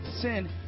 sin